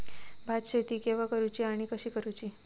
भात शेती केवा करूची आणि कशी करुची?